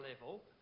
level